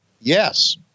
Yes